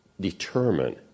determine